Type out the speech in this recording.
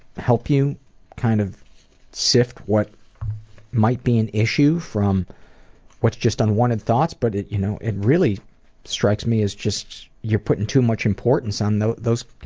help you kind of sift what might be an issue from what's just unwanted thoughts, but it you know it really strikes me as you're putting too much importance on those those